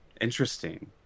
Interesting